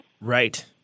Right